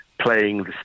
playing